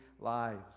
lives